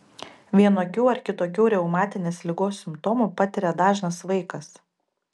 vienokių ar kitokių reumatinės ligos simptomų patiria dažnas vaikas